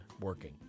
working